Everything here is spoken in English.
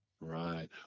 Right